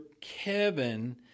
Kevin